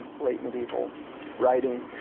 and late medieval writing.